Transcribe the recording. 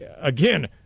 again